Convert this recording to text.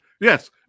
yes